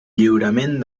lliurament